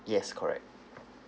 yes correct